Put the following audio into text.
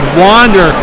wander